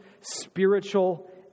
spiritual